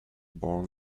born